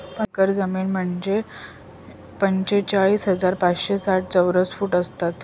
एक एकर जमीन म्हणजे त्रेचाळीस हजार पाचशे साठ चौरस फूट असतात